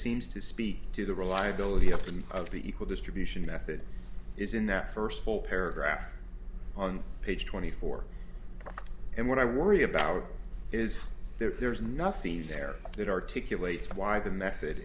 seems to speak to the reliability of the of the equal distribution method is in that first full paragraph on page twenty four and what i worry about is there's nothing there that articulate why the method